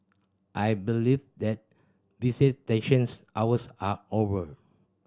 I believe that visitations hours are over